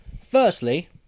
Firstly